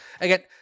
again